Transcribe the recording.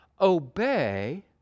obey